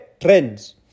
Trends